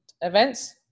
events